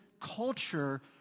culture